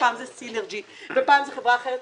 ופעם זה "סינרג'י" ופעם זאת חברה אחרת.